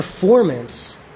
performance